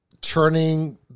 turning